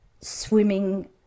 swimming